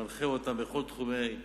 מנחה אותן בכל תחומי אחריותן,